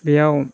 बेयाव